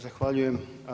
Zahvaljujem.